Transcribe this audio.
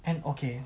and okay